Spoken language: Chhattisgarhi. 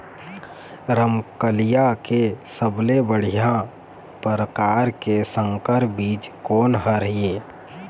रमकलिया के सबले बढ़िया परकार के संकर बीज कोन हर ये?